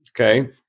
okay